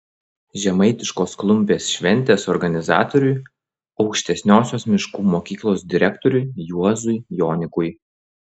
žemaitiškos klumpės šventės organizatoriui aukštesniosios miškų mokyklos direktoriui juozui jonikui